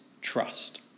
trust